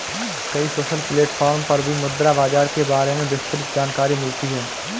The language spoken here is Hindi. कई सोशल प्लेटफ़ॉर्म पर भी मुद्रा बाजार के बारे में विस्तृत जानकरी मिलती है